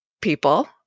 people